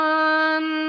one